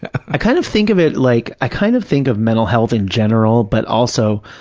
i kind of think of it like, i kind of think of mental health in general, but also,